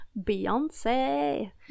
Beyonce